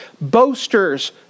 boasters